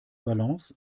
balance